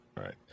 right